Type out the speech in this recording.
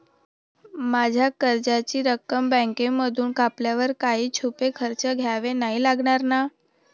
माझ्या कर्जाची रक्कम बँकेमधून कापल्यावर काही छुपे खर्च द्यावे नाही लागणार ना?